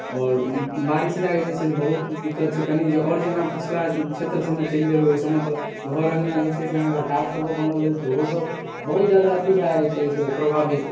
आओर बारिस लए के जे छै से बहुत दिक्कत छै कनी जे आओर जे अहाँ पिछ्ला क्षेत्र सबमे चलि जेबै तऽ ओहि सबमे घर अङना जे छै से अहाँके टाट सबके बनल रहै छै ओहोसब बहुत जादा अथी भए जाइ छै ओहिसऽ प्रभावित